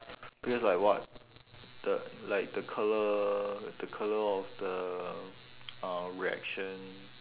because like what the like the colour the colour of the uh reaction